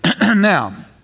Now